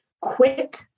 quick